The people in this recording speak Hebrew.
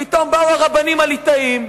פתאום באו הרבנים הליטאים,